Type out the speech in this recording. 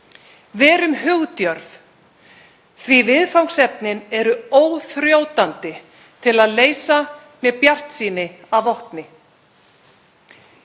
Verum hugdjörf því að viðfangsefnin eru óþrjótandi til að leysa með bjartsýni að vopni.